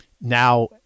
now